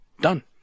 Done